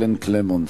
אלן קלמונס,